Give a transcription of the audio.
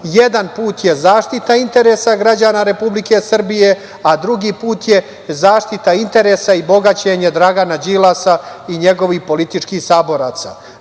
jedan put je zaštita interesa građana Republike Srbije, a drugi put je zaštita interesa i bogaćenje Dragana Đilasa i njegovih političkih saboraca. Na